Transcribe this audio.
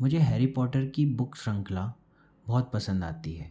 मुझे Harry Potter की book श्रृंखला बहुत पसंद आती है